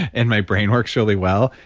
and my brain works really well,